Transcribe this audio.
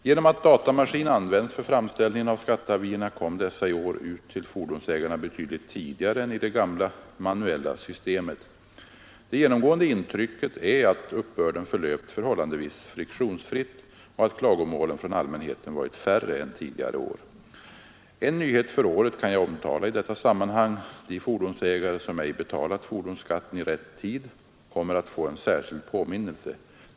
Genom att datamaskin används för framställningen av skatteavierna kom dessa i år ut till fordonsägarna betydligt tidigare än med det gamla, manuella systemet. Det genomgående intrycket är att uppbörden förlöpt förhållandevis friktionsfritt och att klagomålen från allmänheten varit färre än tidigare år. En nyhet för året kan jag omtala i detta sammanhang. De fordonsägare som ej betalat fordonsskatten i rätt tid kommer att få en särskild påminnelse.